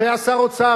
שהיה שר אוצר,